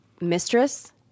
mistress